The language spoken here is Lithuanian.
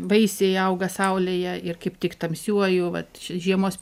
vaisiai auga saulėje ir kaip tik tamsiuoju vat žiemos